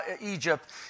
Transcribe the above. Egypt